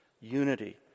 unity